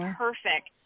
perfect